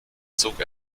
zog